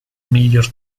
miglior